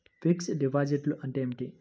Fixed డిపాజిట్లు అంటే ఏమిటి?